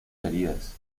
heridas